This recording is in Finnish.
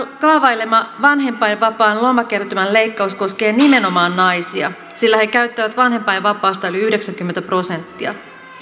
kaavailema vanhempainvapaan lomakertymän leikkaus koskee nimenomaan naisia sillä he käyttävät vanhempainvapaasta yli yhdeksänkymmentä prosenttia